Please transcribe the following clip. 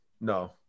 No